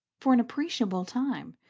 for an appreciable time,